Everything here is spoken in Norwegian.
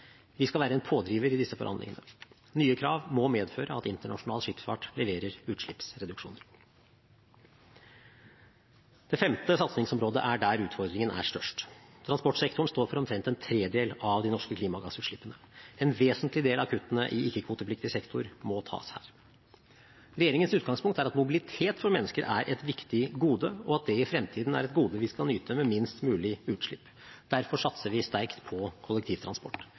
Vi skal være en pådriver i disse forhandlingene. Nye krav må medføre at internasjonal skipsfart leverer utslippsreduksjoner. Det femte satsningsområdet er der utfordringen er størst. Transportsektoren står for omtrent en tredel av de norske klimagassutslippene. En vesentlig del av kuttene i ikke-kvotepliktig sektor må tas her. Regjeringens utgangspunkt er at mobilitet for mennesker er et viktig gode, og at det i fremtiden er et gode vi skal nyte med minst mulig utslipp. Derfor satser vi sterkt på kollektivtransport.